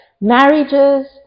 marriages